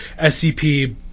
SCP